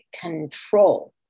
control